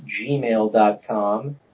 gmail.com